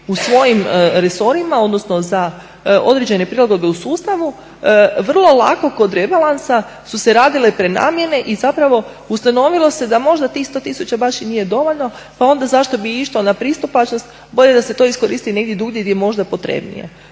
u svojim resorima, odnosno za određene prilagodbe u sustavu vrlo lako kod rebalansa su se radile prenamjene i zapravo ustanovilo se da možda tih 100 000 baš i nije dovoljno, pa onda zašto bi išlo na pristupačnost, bolje da se to iskoristi negdje drugdje gdje je možda potrebnije.